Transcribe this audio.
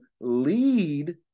lead